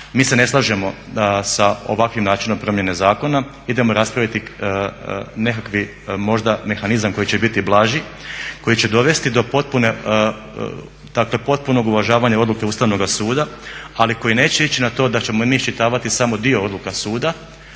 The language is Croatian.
Mi se ne slažemo sa ovakvim načinom promjene zakona, idemo raspraviti nekakav mehanizam koji će biti možda blaži, koji će dovesti do potpunog uvažavanja odluke Ustavnog suda, ali koji neće ići na to da ćemo mi iščitavati samo dio odluka suda,